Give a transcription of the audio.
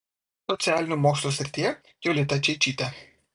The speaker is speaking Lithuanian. socialinių mokslų srityje jolita čeičytė